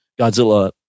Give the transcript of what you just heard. Godzilla